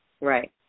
Right